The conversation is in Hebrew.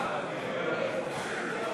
אנחנו